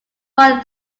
buying